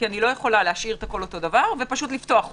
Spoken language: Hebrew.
כי אני לא יכולה להשאיר הכול אותו דבר ופשוט לפתוח עוד.